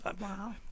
Wow